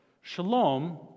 Shalom